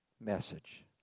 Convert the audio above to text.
message